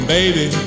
baby